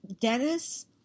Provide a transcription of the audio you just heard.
Dennis